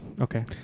Okay